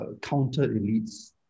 counter-elites